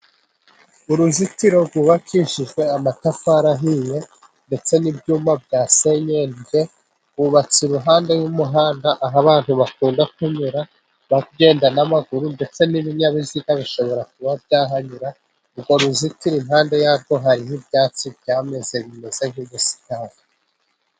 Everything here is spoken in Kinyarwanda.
Uruzitiro rwubakishijwe amatafari ahiye ndetse n'ibyumba byasenyenge. Rwubatse iruhande rw'umuhanda, aho abantu bakunda kunyura bagenda n'amaguru, ndetse n'ibinyabiziga bishobora kuba byahanyura. Urwo ruzitiro impande yarwo hari ibyatsi byameze bimeze nk'ubusitani.